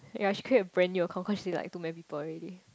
ya she create a brand new account cause she like too many people already